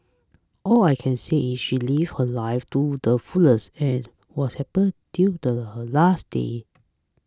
all I can say is she lived her life too the fullest and was happy till the her last day